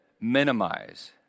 minimize